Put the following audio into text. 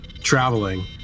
traveling